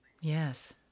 Yes